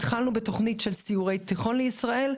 התחלנו בתוכנית של סיורי תיכון לישראל,